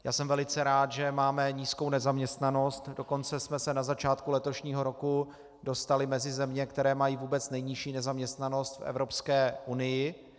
Já jsem velice rád, že máme nízkou nezaměstnanost, dokonce jsme se na začátku letošního roku dostali mezi země, které mají vůbec nejnižší nezaměstnanost v Evropské unii.